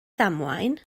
ddamwain